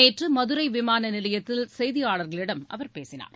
நேற்று மதுரை விமான நிலையத்தில் செய்தியாளர்களிடம் அவர் பேசினார்